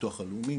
הביטוח הלאומי,